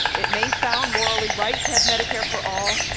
it may sound morally right to have medicare for all.